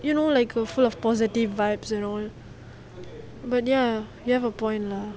you know like are full of positive vibes and all but ya you have a point lah